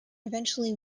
eventually